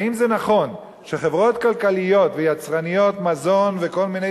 האם זה נכון שחברות כלכליות ויצרניות מזון וכל מיני